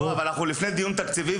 אנחנו לפני דיון תקציבי.